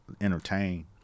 entertain